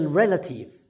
relative